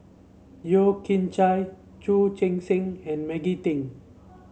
Yeo Kian Chye Chu Chee Seng and Maggie Teng